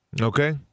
Okay